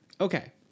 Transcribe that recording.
Okay